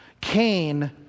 Cain